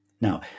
Now